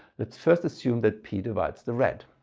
let's first assume that p divides the red.